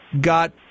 got